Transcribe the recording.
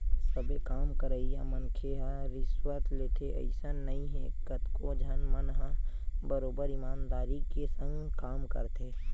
सबे काम करइया मनखे ह रिस्वत लेथे अइसन नइ हे कतको झन मन ह बरोबर ईमानदारी के संग काम करथे